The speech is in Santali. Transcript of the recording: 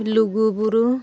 ᱞᱩᱜᱩ ᱵᱩᱨᱩ